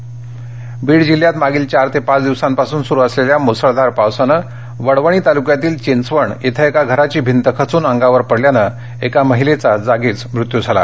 बीड पाऊस बीड जिल्ह्यात मागील चार ते पाच दिवसांपासून सुरु असलेल्या मुसळधार पावसान वडवणी तालुक्यातील चिंचवण इथं एका घराची भिंतखचून अंगावर पडल्याने एका महिलेचा जागीच मृत्यू झाला